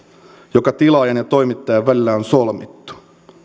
jotka tilaajan ja toimittajan välillä on solmittu